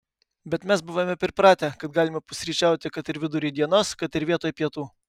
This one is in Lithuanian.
bet mes buvome pripratę kad galima pusryčiauti kad ir vidury dienos kad ir vietoj pietų